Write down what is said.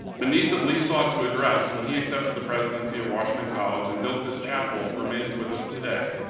the need that lee sought to address when he accepted the presidency of washington college and built this chapel remains with us today.